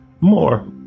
more